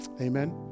Amen